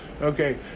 Okay